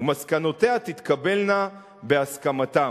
"ומסקנותיה תתקבלנה בהסכמתם.